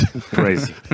crazy